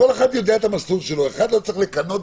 האם לשמוע גם שאין כוונה להעביר דברים שהיו קודם בתקנות